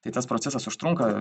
tai tas procesas užtrunka